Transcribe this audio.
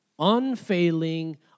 Unfailing